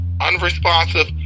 unresponsive